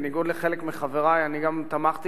בניגוד לחלק מחברי אני גם תמכתי